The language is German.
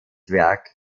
werk